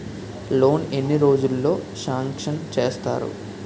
Loan ఎన్ని రోజుల్లో sanction చేస్తారు?